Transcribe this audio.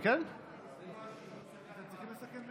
סגן ראש רשות ברשות